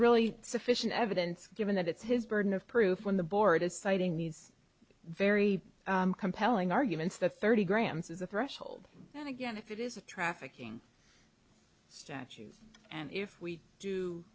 really sufficient evidence given that it's his burden of proof when the board is citing these very compelling arguments the thirty grams is a threshold and again if it is a trafficking statute and if we do